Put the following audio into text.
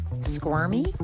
squirmy